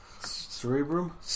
Cerebrum